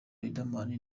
riderman